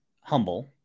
Humble